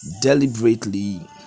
deliberately